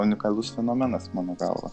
unikalus fenomenas mano galva